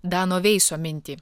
dano veiso mintį